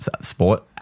sport